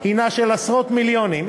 היא של עשרות מיליונים.